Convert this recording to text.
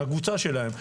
מהקבוצה שלהם.